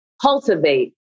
cultivate